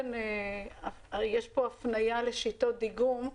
יש פה הפניה לשיטות דיגום,